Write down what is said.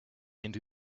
into